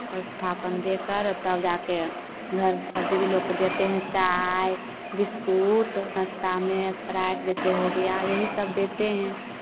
कलशस्थापन देकर ओ तब जा के घर सब दीदी लोग को देते हैं चाय बिस्कुट नाश्ता में स्प्राइट जैसे हो गया यही सब देते हैं